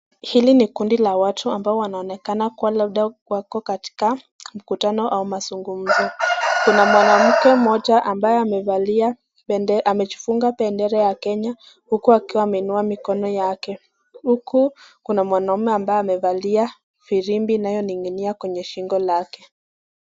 Hili ni kundi la watu ambalo wanaonekana kuwa labda wako katika mkutano au mazungumzo . Kuna mwanamke mmoja ambaye amejifunga bendera ya Kenya huku akiwa ameinua mikono yake. Huku kuna mwanaume ambaye amevalia firimbi inayo ning'inia kwenye shingo lake.